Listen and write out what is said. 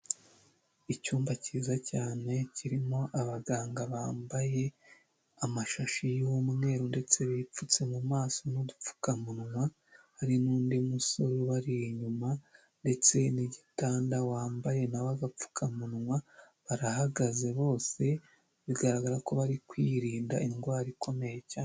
Icyumba cyiza cyane kirimo abaganga bambaye amashashi y'umweru ndetse bipfutse mu maso n'udupfukamunwa, hari n'undi musore bari inyuma ndetse n'igitanda wambaye nawe agapfukamunwa barahagaze bose bigaragara ko bari kwirinda indwara ikomeye cyane.